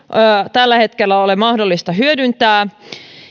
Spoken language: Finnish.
tällä hetkellä ole mahdollista hyödyntää